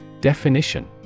Definition